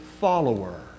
follower